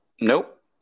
Nope